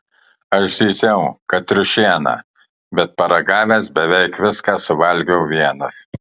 aš zyziau kad triušiena bet paragavęs beveik viską suvalgiau vienas